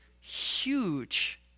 huge